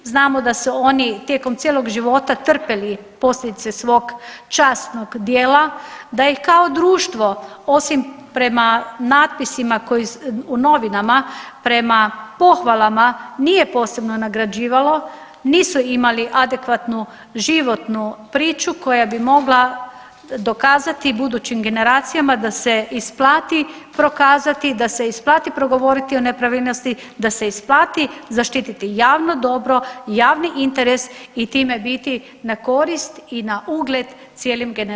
Znamo da su oni tijekom cijelog života trpjeli posljedice svog časnog djela, da ih kao društvo, osim prema natpisima u novinama, prema pohvalama, nije posebno nagrađivalo, nisu imali adekvatnu životnu priču koja bi mogla dokazati, budućim generacijama da se isplati prokazati, da se isplati progovoriti o nepravilnosti, da se isplati zaštiti javno dobro, javni interes i time biti na korist i na ugled cijelim generacijama u budućnosti.